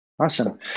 awesome